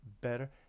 better